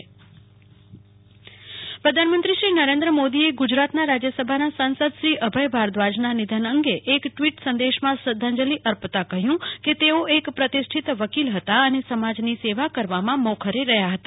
કલ્પના શાહ પ્રધાનમંત્રી શોક સંદેશ પ્રધાનમંત્રી શ્રી નરેન્દ્ર મોદી એ ગુજરાતના રાજ્ય સભાના સાંસદ શ્રી અભય ભારદ્વાજના નિધન અંગે એક ટ્વીટ સંદેશમાં શ્રધાંજલિ અર્પતા કહ્યું કે તેઓ એક પ્રતિષ્ઠિત વકીલ હતા અને સમાજની સેવા કરવામાં મોખરે રહ્યા હતા